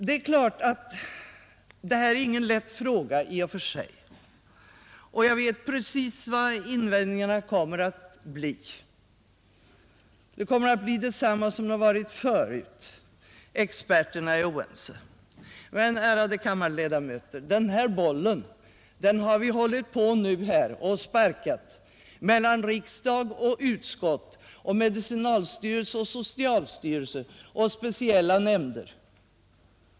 Det är klart att detta inte är en lätt fråga, och jag vet precis vilka invändningarna kommer att bli. De kommer att bli desamma som förut: experterna är oense. Men, ärade kammarledamöter, den här bollen har vi nu länge hållit på att sparka mellan riksdag och utskott, mellan medicinalstyrelsen, socialstyrelsen och speciella nämnder.